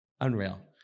Unreal